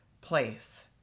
place